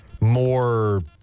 more